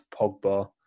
Pogba